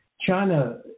China